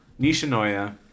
Nishinoya